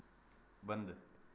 बंद